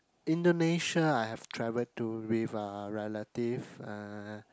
Indonesia I have travelled to with a relative uh